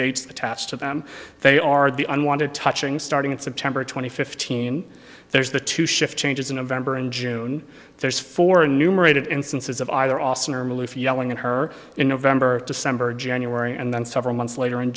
dates attached to them they are the unwanted touching starting in september twenty fifth teen there's the two shift changes in november and june there's four numerated instances of either austin or maloof yelling at her in november december january and then several months later in